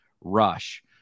rush